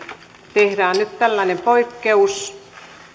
tehdään nyt poikkeus